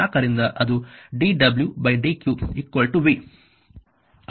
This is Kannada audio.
4 ರಿಂದ ಅದು dw dq v